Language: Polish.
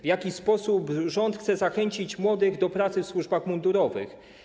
W jaki sposób rząd chce zachęcić młodych do pracy w służbach mundurowych?